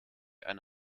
eine